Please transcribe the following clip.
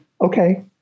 Okay